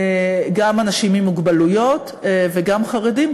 גם אנשים עם מוגבלויות וגם חרדים,